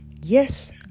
Yes